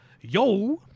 Yo